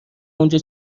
اونجا